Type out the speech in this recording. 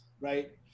Right